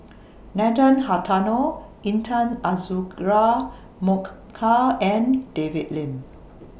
Nathan Hartono Intan Azura Mokhtar and David Lim